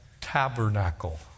tabernacle